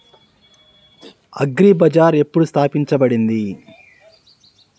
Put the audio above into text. Agri Bazaar ఎప్పుడు స్థాపించబడింది?